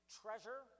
treasure